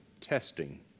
testing